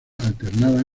alternada